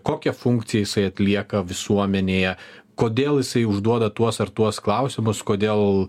kokią funkciją jisai atlieka visuomenėje kodėl jisai užduoda tuos ar tuos klausimus kodėl